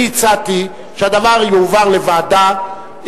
אני הצעתי שהדבר יועבר לוועדה,